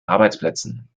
arbeitsplätzen